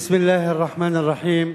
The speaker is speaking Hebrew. בסם אללה א-רחמאן א-רחים,